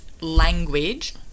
language